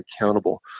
accountable